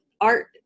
art